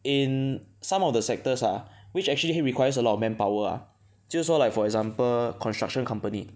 in some of the sectors ah which actually requires a lot of manpower ah 就是说 like for example construction company